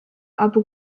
abu